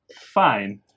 fine